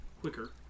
quicker